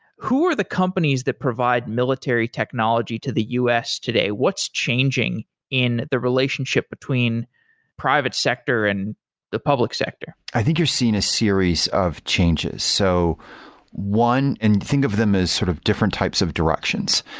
who are the companies that provide military technology to the us today? what's changing in the relationship between private sector and the public sector? i think you've seen a series of changes. so one one and think of them as sort of different types of directions.